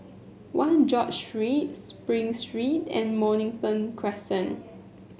One George Street Spring Street and Mornington Crescent